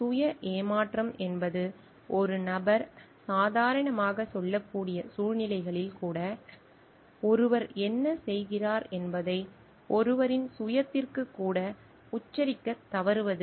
சுய ஏமாற்றம் என்பது ஒரு நபர் சாதாரணமாகச் சொல்லக்கூடிய சூழ்நிலைகளில் கூட ஒருவர் என்ன செய்கிறார் என்பதை ஒருவரின் சுயத்திற்குக் கூட உச்சரிக்கத் தவறுவது